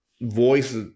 voice